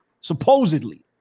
supposedly